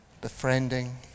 befriending